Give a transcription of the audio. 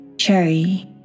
Cherry